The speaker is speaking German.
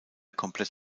komplett